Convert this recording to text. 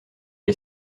est